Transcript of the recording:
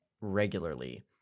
regularly